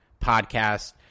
podcast